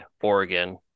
Oregon